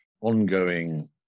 ongoing